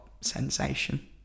sensation